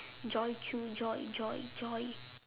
joy chew joy joy joy